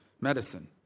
medicine